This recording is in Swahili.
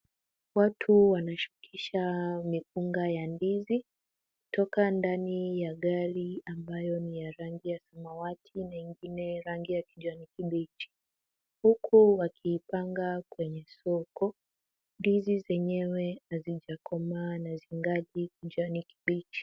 Watu wanashukisha mikunga ya ndizi, kutoka ndani ya gari ambayo ni ya rangi ya samawati na ingine rangi ya kijani kibichi, huku wakiipanga kwenye soko. Ndizi zenyewe hazijakomaa na zingali kijani kibichi.